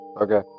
Okay